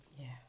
Yes